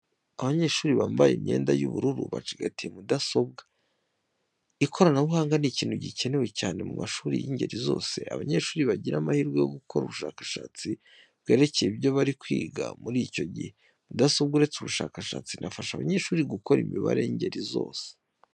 Abanyeshuri bambaye imyenda y'ubururu, bacigatiye mudasobwa. Ikoranabuhanga ni ikintu gikenewe cyane mu mashuri y'ingeri zose, abanyeshuri bagira amahirwe yo gukora ubushakashatsi bwerekeye ibyo bari kwiga muri icyo gihe. Mudasobwa uretse ubushakashatsi inafasha abanyeshuri gukora imibare y'ingeri zose.